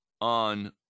on